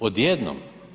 Odjednom.